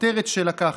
הכותרת שלה ככה: